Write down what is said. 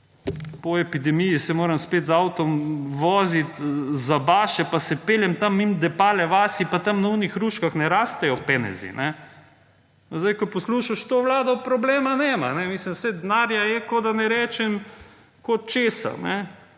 po epidemiji se moram spet z avtom voziti za Baše pa se peljem tam mimo Depale vasi pa tam na tistih hruškah ne rastejo penezi. Sedaj, ko poslušaš to Vlado problema nema. Mislim saj denarja je kot, da ne rečem kot česa.